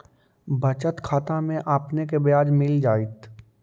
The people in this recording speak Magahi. बचत खाता में आपने के ब्याज मिल जाएत